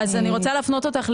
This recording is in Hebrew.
אם אני זוכרת כרונולוגית,